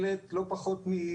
לצורך העניין,